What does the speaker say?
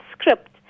script